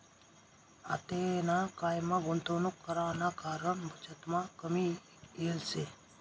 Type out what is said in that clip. आतेना कायमा गुंतवणूक कराना कारण बचतमा कमी येल शे